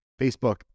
Facebook